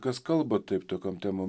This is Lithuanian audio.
kas kalba taip tokiom temom